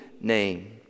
name